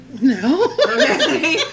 No